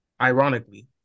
Ironically